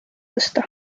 tõsta